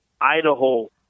Idaho